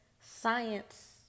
science